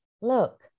look